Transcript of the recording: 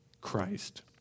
Christ